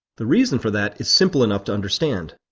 the reason for that is simple enough to understand,